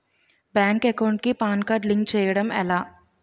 Bank account కి PAN card link చేయడం ఎలా?